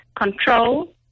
control